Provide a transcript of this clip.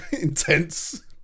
intense